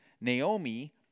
Naomi